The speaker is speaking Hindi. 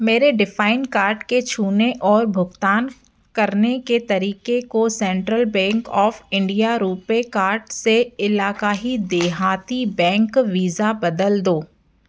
मेरे डिफाइन कार्ड के छूने और भुगतान करने के तरीके को central bank of India RuPay card से इलाक़ाई देहाती बैंक वीज़ा बदल दो